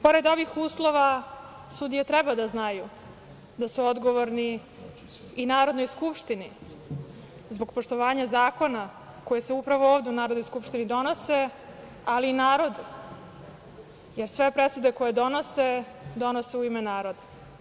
Pored ovih uslova sudije treba da znaju da su odgovorni i Narodnoj skupštini zbog poštovanja zakona koji se upravo ovde u Narodnoj skupštini donose, ali i narodu jer sve presude koje donose donose u ime naroda.